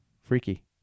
Freaky